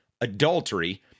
adultery